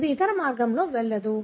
ఇది ఇతర మార్గంలో వెళ్ళదు